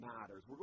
matters